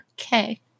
Okay